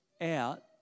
out